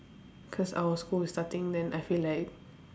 cause our school is starting then I feel like